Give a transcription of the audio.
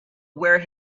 where